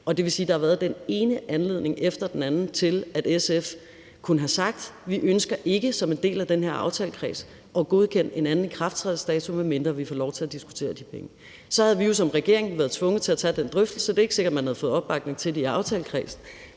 der har været den ene anledning efter den anden til, at SF kunne have sagt, at de som en del af den her aftalekreds ikke ønskede at godkende en anden ikrafttrædelsesdato, medmindre de fik lov til at diskutere de penge. Så havde vi som regering jo været tvunget til at tage den drøftelse, og det er ikke sikkert, at man havde fået opbakning til i aftalekredsen.